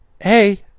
hey